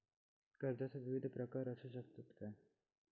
कर्जाचो विविध प्रकार असु शकतत काय?